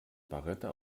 beretta